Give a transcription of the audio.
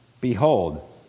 Behold